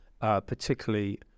particularly